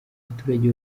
baturage